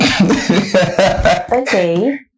Okay